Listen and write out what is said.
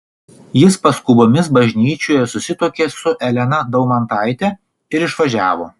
jis paskubomis bažnyčioje susituokė su elena daumantaite ir išvažiavo